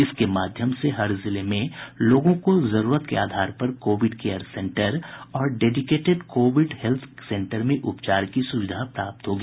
इसके माध्यम से हर जिले में लोगों को जरूरत के आधार पर कोविड केयर सेंटर और डेडिकेटेड कोविड हेल्थ सेन्टर में उपचार की सुविधा प्राप्त होगी